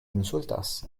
insultas